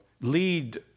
lead